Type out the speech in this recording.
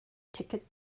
ticket